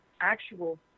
actual